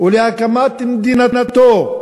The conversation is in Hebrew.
ולהקמת מדינתנו,